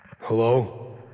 Hello